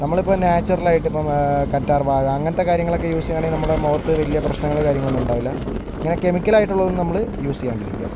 നമ്മളിപ്പോൾ നാച്ചുറൽ ആയിട്ട്ഇപ്പോൾ കറ്റാർ വാഴ അങ്ങനത്തെ കാര്യങ്ങളൊക്കെ യൂസ് ചെയ്യുകയാണെങ്കിൽ നമ്മൾ മുഖത്ത് വലിയ പ്രശ്നങ്ങളും കാര്യങ്ങളൊന്നും ഉണ്ടാവില്ല ഇങ്ങനെ കെമിക്കൽ ആയിട്ടുള്ളതൊന്നും നമ്മൾ യൂസ് ചെയ്യാണ്ടിരിക്കുക